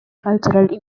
cultural